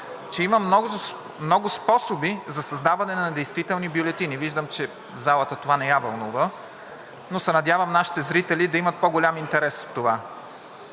че има много способи за създаване на недействителни бюлетини. Виждам, че залата това не я вълнува, но се надявам нашите зрители да имат по-голям интерес от това.